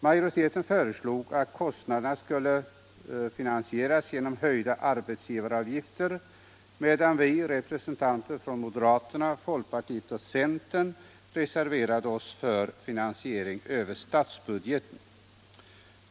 Majoriteten föreslog att kostnaderna skulle finansieras genom höjda arbetsgivaravgifter, medan vi som är representanter för moderaterna, folkpartiet och centern reserverade oss för finansiering över statsbudgeten.